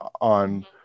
on